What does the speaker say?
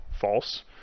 false